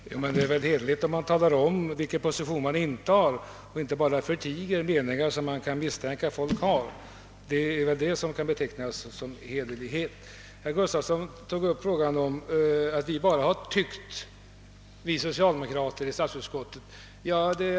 Herr talman! Det är väl hederligt om man talar om vilken position man intar och inte bara förtiger meningar som det kan misstänkas att man har. Herr Gustafsson i Skellefteå menade att vi socialdemokrater i statsutskottet bara har tyckt.